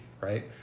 Right